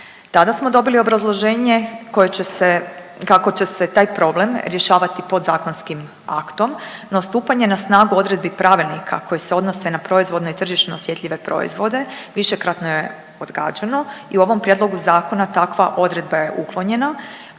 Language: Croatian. Tada smo dobili obrazloženje koje će se, kako će se taj problem rješavati podzakonskim aktom, no stupanje na snagu odredbi pravilnika koji se odnose na proizvodno i tržišno osjetljive proizvode višekratno je odgađano i u ovom prijedlogu zakona takva odredba je uklonjena,